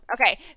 Okay